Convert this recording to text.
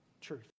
Truth